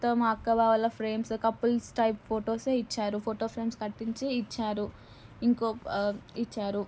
అక్క బావ వాళ్ళ ఫ్రేమ్స్ కపుల్స్ టైప్ ఫొటోస్సే ఇచ్చారు ఫోటో ఫ్రేమ్స్ కట్టించి ఇచ్చారు ఇంకో ఇచ్చారు